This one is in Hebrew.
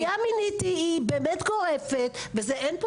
פגיעה מינית היא באמת גורפת ואין פה